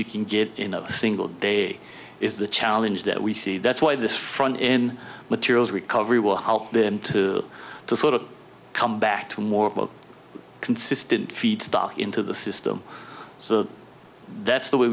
you can get in a single day is the challenge that we see that's why this front in materials recovery will help them to sort of come back to more consistent feedstock into the system so that's the way